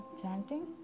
chanting